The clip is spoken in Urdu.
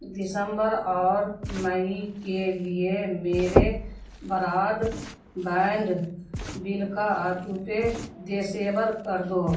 دسمبر اور مئی کے لیے میرے براڈ بینڈ بل کا آٹو پے ڈسیبر کر دو